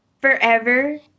forever